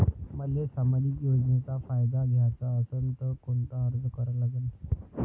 मले सामाजिक योजनेचा फायदा घ्याचा असन त कोनता अर्ज करा लागन?